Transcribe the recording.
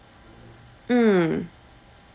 mm